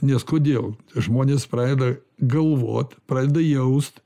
nes kodėl žmonės pradeda galvot pradeda jaust